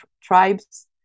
Tribes